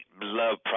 love